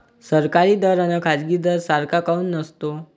सरकारी दर अन खाजगी दर सारखा काऊन नसतो?